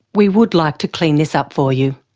we would like to clean this up for you.